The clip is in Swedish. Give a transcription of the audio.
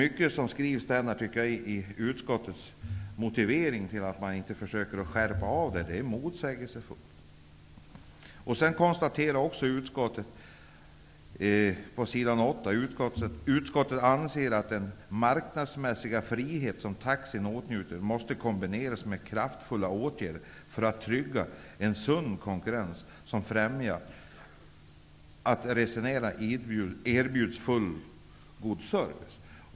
Mycket av det som sägs i utskottets motivering att man inte försöker göra en skärpning är motsägelsefullt. På s. 8 konstateras det: ''Utskottet anser att den marknadsmässiga frihet som taxi åtnjuter måste kombineras med kraftfulla åtgärder för att trygga en sund konkurrens som främjar att resenärerna erbjuds en fullgod service.''